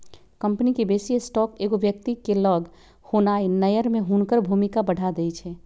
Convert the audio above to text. company के बेशी stock एगो व्यक्ति के लग होनाइ नयन में हुनकर भूमिका बढ़ा देइ छै